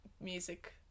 music